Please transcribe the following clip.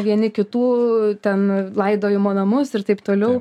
vieni kitų ten laidojimo namus ir taip toliau